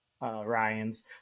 Ryan's